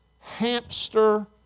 hamster